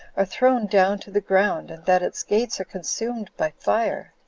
are thrown down to the ground, and that its gates are consumed by fire?